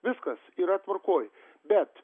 viskas yra tvarkoj bet